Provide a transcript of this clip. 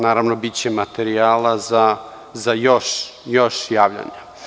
Naravno, biće materijala za još javljanja.